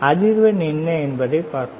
அதிர்வெண் என்ன என்பதை பார்ப்போம்